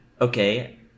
okay